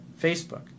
Facebook